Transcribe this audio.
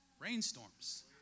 rainstorms